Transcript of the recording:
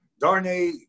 Darnay